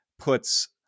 puts